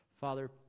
Father